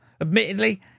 Admittedly